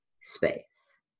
space